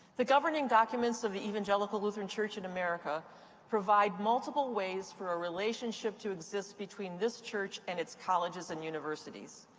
the governing documents of the evangelical lutheran church in america provide multiple ways for a relationship to exist between this church and its colleges and universities.